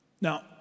Now